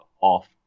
off